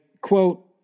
quote